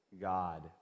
God